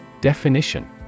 Definition